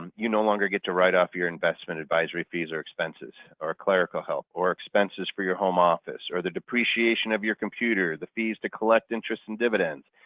you no longer get to write off your investment advisory fees or expenses or clerical help or expenses for your home office or the depreciation of your computer, the fees to collect interest and dividends,